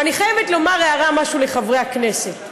ואני חייבת לומר, הערה לחברי הכנסת,